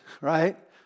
right